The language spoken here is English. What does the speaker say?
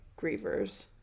grievers